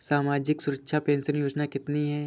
सामाजिक सुरक्षा पेंशन योजना कितनी हैं?